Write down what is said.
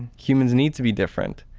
humans need to be different,